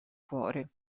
cuore